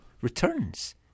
returns